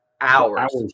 hours